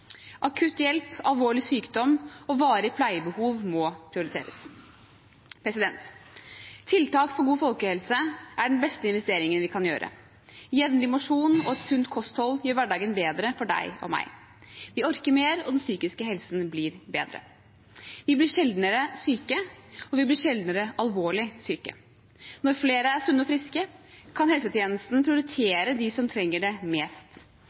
hjelp, alvorlig sykdom og varig pleiebehov må prioriteres. Tiltak for god folkehelse er den beste investeringen vi kan gjøre. Jevnlig mosjon og et sunt kosthold gjør hverdagen bedre for deg og meg. Vi orker mer, og den psykiske helsen blir bedre. Vi blir sjeldnere syke, og vi blir sjeldnere alvorlig syke. Når flere er sunne og friske, kan helsetjenesten prioritere dem som trenger det mest.